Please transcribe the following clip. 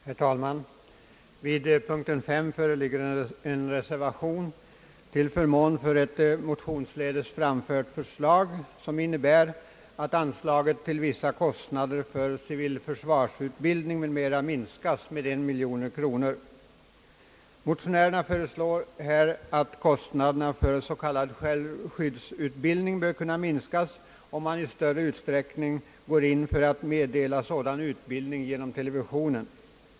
Herr talman! Vid punkten 5 föreligger en reservation till förmån för ett motionsledes framfört förslag, som innebär att anslaget till vissa kostnader för civilförsvarsutbildning m.m. minskas med en miljon kronor. Motionärerna anser att kostnaderna för s.k. självskyddsutbildning bör kunna minskas, om man i större utsträckning går in för att meddela sådan utbildning genom televisionen.